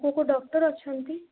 ଆଉ କେଉଁ କେଉଁ ଡକ୍ଟର ଅଛନ୍ତି